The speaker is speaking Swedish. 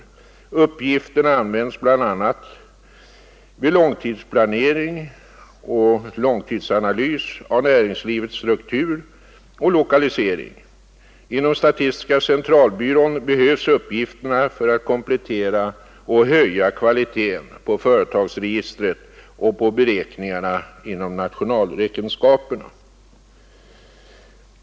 Uppgifterna används bl.a. vid långtidsplanering och långtidsanalys av näringslivets struktur och lokalisering. Inom statistiska centralbyrån behövs uppgifterna för att komplettera och höja kvaliteten på företagsregistret och på beräkningarna inom nationalräkenskaperna.